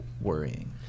worrying